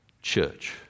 church